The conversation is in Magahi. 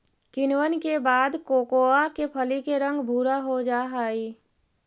किण्वन के बाद कोकोआ के फली के रंग भुरा हो जा हई